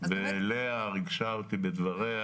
לאה ריגשה אותי בדבריה.